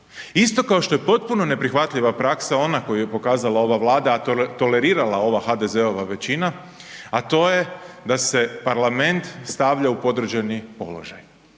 isto kao što je potpuno neprihvatljiva praksa ona koju je pokazala ova Vlada a tolerirala ova HDZ-ova većina a to je da se parlament stavlja u podređeni položaj.